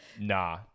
Nah